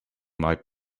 might